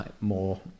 more